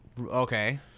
Okay